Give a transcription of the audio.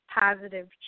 positive